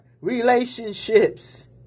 relationships